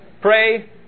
pray